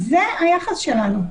זה היחס שלנו.